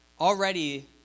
already